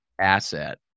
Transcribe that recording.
asset